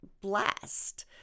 blast